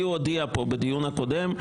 היא הודיעה פה בדיון הקודם,